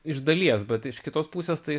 iš dalies bet iš kitos pusės tai